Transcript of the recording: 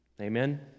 Amen